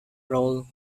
role